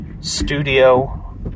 studio